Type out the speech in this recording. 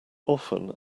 often